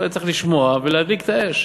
הוא היה צריך לשמוע ולהדליק את האש.